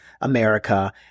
America